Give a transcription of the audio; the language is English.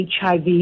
HIV